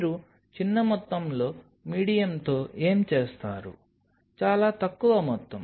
మీరు చిన్న మొత్తంలో మీడియంతో ఏమి చేస్తారు చాలా తక్కువ మొత్తం